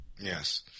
Yes